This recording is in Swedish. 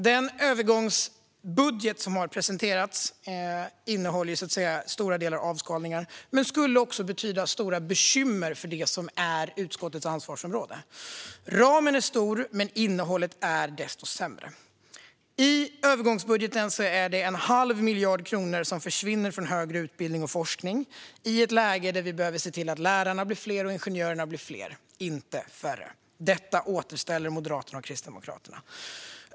Den övergångsbudget som har presenterats innehåller i stora delar avskalningar men skulle också betyda stora bekymmer för det som är utskottets ansvarsområde. Ramen är stor, men innehållet är desto sämre. I övergångsbudgeten är det en halv miljard kronor som försvinner från högre utbildning och forskning i ett läge där lärarna och ingenjörerna behöver bli fler, inte färre. Detta återställer Moderaterna och Kristdemokraterna.